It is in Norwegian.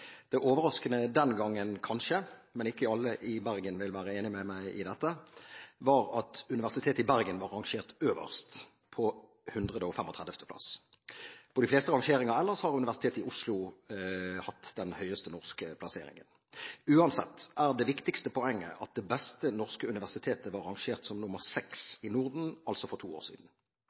Det overraskende den gangen, kanskje – ikke alle i Bergen vil være enig med meg i dette – var at Universitetet i Bergen var rangert øverst på 135. plass. På de fleste rangeringer ellers har Universitetet i Oslo hatt den høyeste norske plasseringen. Uansett er det viktigste poenget at det beste norske universitetet var rangert som nr. 6 i Norden, altså for to år siden.